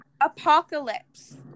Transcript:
Apocalypse